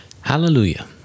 Hallelujah